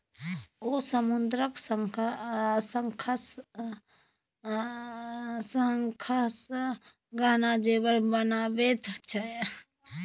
ओ समुद्रक शंखसँ गहना जेवर बनाबैत छै